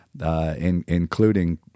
Including